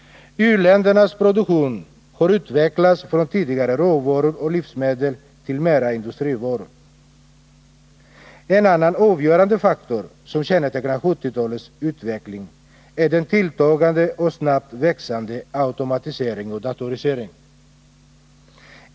U-ländernas produktion har utvecklats från tidigare råvaror och livsmedel till att omfatta mer industrivaror. En annan avgörande faktor som kännetecknar 1970-talets utveckling är den tilltagande och snabbt växande automatiseringen och datoriseringen.